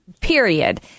Period